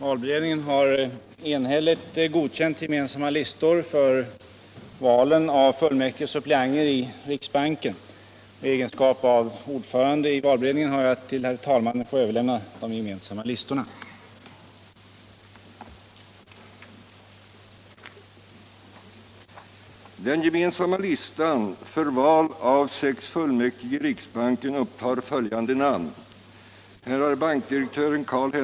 I egenskap av ordförande i valberedningen ber jag att till herr talmannen få överlämna de gemensamma listorna. valda: herr ” Palme Carlshamre Werner ” Feldt Hernelius ” Enlund ” Petersson i Gäddvik Hermansson ” Molin ” Olsson i Timrå ” Romanus